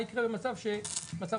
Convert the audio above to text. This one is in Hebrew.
מה יקרה במצב חירום,